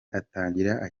atangira